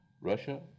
Russia